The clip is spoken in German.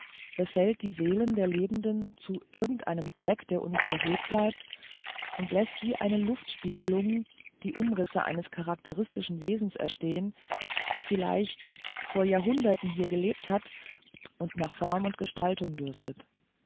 befällt die seelen der lebenden zu irgendeinem zweck der uns verhüllt bleibt und läßt wie eine luftspiegelung die umrisse eines charakteristischen wesens erstehen das viel leicht vorjahrhunderten hier gelebt hat und nach form und gestaltung dürstet